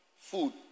food